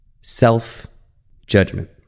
self-judgment